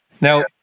now